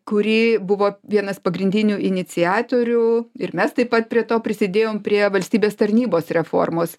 kuri buvo vienas pagrindinių iniciatorių ir mes taip pat prie to prisidėjom prie valstybės tarnybos reformos